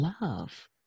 love